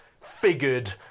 figured